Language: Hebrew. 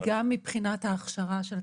גם מבחינת ההכשרה של הצוותים,